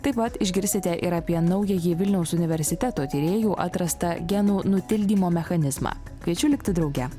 taip pat išgirsite ir apie naująjį vilniaus universiteto tyrėjų atrastą genų nutildymo mechanizmą kviečiu likti drauge